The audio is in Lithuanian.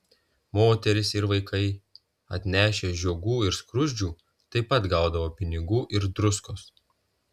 moterys ir vaikai atnešę žiogų ir skruzdžių taip pat gaudavo pinigų ir druskos